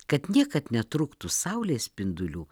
kad niekad netrūktų saulės spindulių